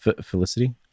Felicity